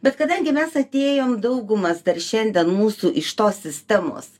bet kadangi mes atėjom daugumas dar šiandien mūsų iš tos sistemos